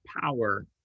power